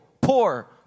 poor